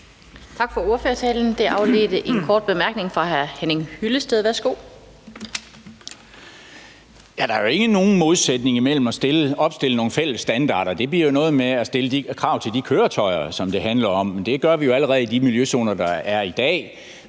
ikke nogen modsætning imellem det og at opstille nogle fælles standarder. Det bliver noget med at stille nogle krav til de køretøjer, som det handler om. Det gør vi jo allerede i de miljøzoner, der er i dag,